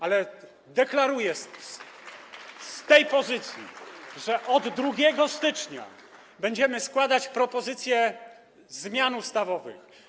Ale deklaruję z tej pozycji, że od 2 stycznia będziemy składać propozycje zmian ustawowych.